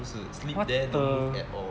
what the